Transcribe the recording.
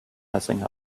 messing